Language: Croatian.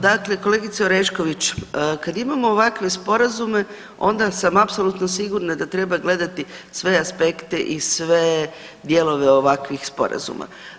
Dakle kolegice Orešković kada imamo ovakve sporazume onda sam apsolutno sigurna da treba gledati sve aspekte i sve dijelove ovakvih sporazuma.